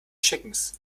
chickens